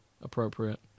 appropriate